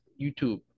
YouTube